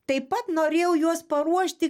taip pat norėjau juos paruošti